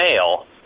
mail